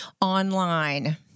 online